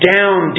Down